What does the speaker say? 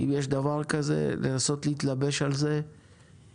אם יש דבר כזה לנסות להתלבש על זה ולסייע.